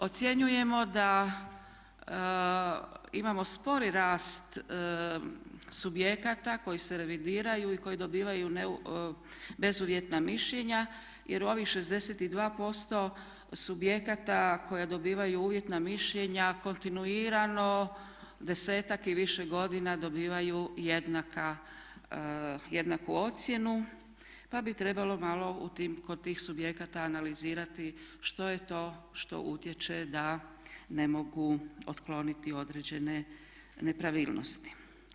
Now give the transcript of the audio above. Ocjenjujemo da imamo spori rast subjekata koji se revidiraju i koji dobivaju bezuvjetna mišljenja jer u ovih 62% subjekata koja dobivaju uvjetna mišljenja kontinuirano desetak i više godina dobivaju jednaku ocjenu pa bi trebalo malo kod tih subjekata analizirati što je to što utječe da ne mogu otkloniti određene nepravilnosti.